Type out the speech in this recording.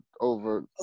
over